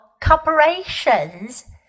corporations